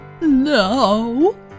No